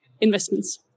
investments